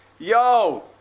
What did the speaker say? Yo